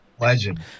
Legend